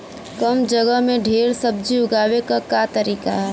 कम जगह में ढेर सब्जी उगावे क का तरीका ह?